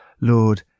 Lord